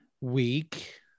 week